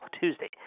Tuesday